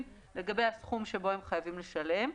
להגיב לגבי הסכום שאותו הם חייבים לשלם.